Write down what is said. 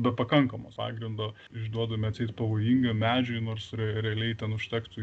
be pakankamo pagrindo išduodami atseit pavojingam medžiui nors realiai ten užtektų